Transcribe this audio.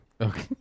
Okay